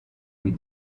with